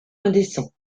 indécent